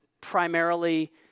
primarily